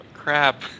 Crap